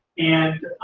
and.